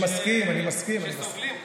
אלה הורים שסובלים.